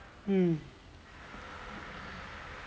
mm